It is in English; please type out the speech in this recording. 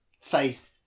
face